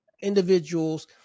individuals